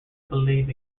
believed